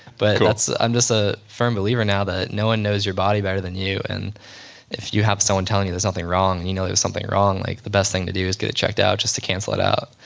but i'm just a firm believer now that no one knows your body better than you. and if you have someone telling you there's nothing wrong and you know there's something wrong, like the best thing to do is get it checked out just to cancel it out.